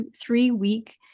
three-week